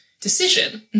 decision